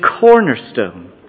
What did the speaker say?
cornerstone